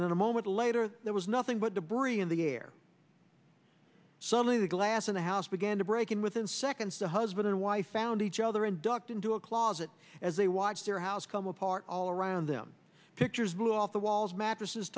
in a moment later there was nothing but debris in the air suddenly the glass in the house began to break in within seconds the husband and wife found each other and ducked into a closet as they watched their house come apart all around them pictures blew off the walls mattresses